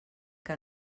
que